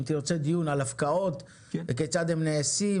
אם תרצה דיון על הפקעות וכיצד הן נעשות,